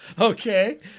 Okay